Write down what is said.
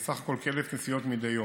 ובסך הכול כ-1,000 נסיעות מדי יום.